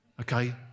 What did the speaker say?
okay